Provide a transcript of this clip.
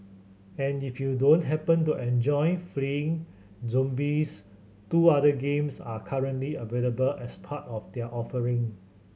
and if you don't happen to enjoy fleeing zombies two other games are currently available as part of their offering